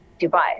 Dubai